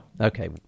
Okay